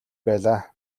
байлаа